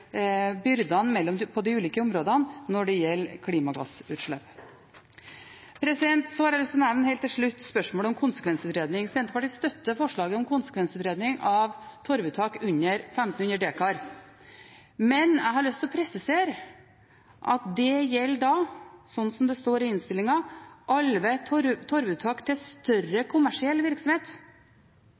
byrdene på de ulike områdene når det gjelder klimagassutslipp. Så har jeg helt til slutt lyst til å nevne spørsmålet om konsekvensutredning. Senterpartiet støtter forslaget om konsekvensutredning av torvuttak under 1 500 dekar, men jeg har lyst til å presisere at det da gjelder – slik det står i innstillingen – alle torvuttak «til større kommersiell virksomhet».